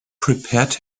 prepared